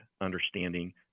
understanding